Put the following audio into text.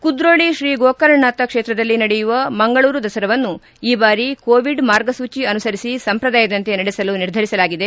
ಕುದ್ರೋಳಿ ಶ್ರೀಗೋಕರ್ಣನಾಥ ಕ್ಷೇತ್ರದಲ್ಲಿ ನಡೆಯುವ ಮಂಗಳೂರು ದಸರಾವನ್ನು ಈ ಬಾರಿ ಕೋವಿಡ್ ಮಾರ್ಗಸೂಚಿ ಅನುಸರಿಸಿ ಸಂಪ್ರದಾಯದಂತೆ ನಡೆಸಲು ನಿರ್ಧರಿಸಲಾಗಿದೆ